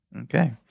Okay